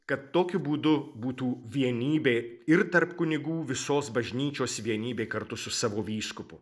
kad tokiu būdu būtų vienybė ir tarp kunigų visos bažnyčios vienybė kartu su savo vyskupu